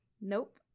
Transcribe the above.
Nope